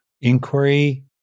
inquiry